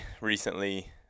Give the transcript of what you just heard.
recently